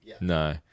No